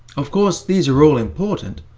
of course these are all important,